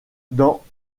dans